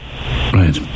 Right